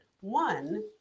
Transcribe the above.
One